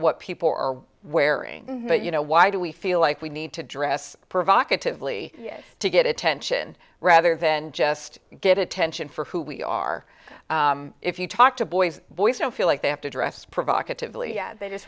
what people are wearing but you know why do we feel like we need to dress provocatively to get attention rather than just get attention for who we are if you talk to boys boys don't feel like they have to dress provocatively yet they just